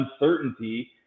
uncertainty